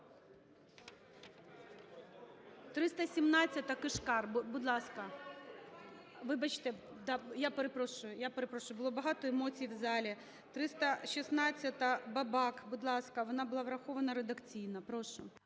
317-а, Кишкар. Будь ласка. Вибачте, я перепрошую. Я перепрошую, було багато емоцій в залі. 316-а. Бабак, будь ласка. Вона була врахована редакційно. Прошу.